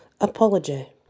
apology